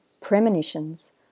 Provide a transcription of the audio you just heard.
premonitions